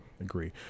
agree